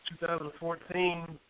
2014